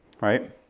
right